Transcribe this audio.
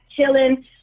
chilling